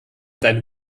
deine